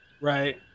Right